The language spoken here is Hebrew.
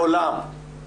מעולם.